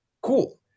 cool